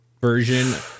version